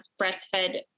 breastfed